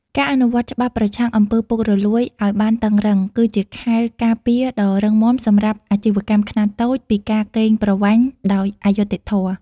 ការអនុវត្តច្បាប់ប្រឆាំង អំពើពុករលួយ ឱ្យបានតឹងរ៉ឹង គឺជាខែលការពារដ៏រឹងមាំសម្រាប់អាជីវកម្មខ្នាតតូចពីការកេងប្រវ័ញ្ចដោយអយុត្តិធម៌។